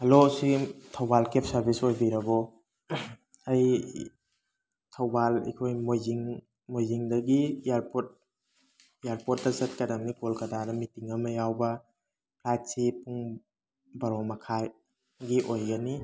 hello ꯁꯤ ꯊꯧꯇꯥꯜ cab service ꯑꯣꯏꯕꯤꯔꯕꯣ ꯑꯩ ꯊꯧꯕꯥꯜ ꯑꯩꯈꯣꯏ ꯃꯣꯏꯖꯤꯡ ꯃꯣꯏꯖꯤꯡꯗꯒꯤ ꯏꯌꯥꯔꯄꯣꯠ ꯏꯌꯥꯔꯄꯣꯠꯇ ꯆꯠꯀꯗꯝꯅꯤ ꯀꯣꯜꯀꯇꯥꯗ ꯃꯤꯇꯤꯡ ꯑꯃ ꯌꯥꯎꯕ ꯐ꯭ꯂꯥꯏꯠꯁꯤ ꯄꯨꯡ ꯕꯥꯔꯣ ꯃꯈꯥꯏ ꯒꯤ ꯑꯣꯏꯒꯅꯤ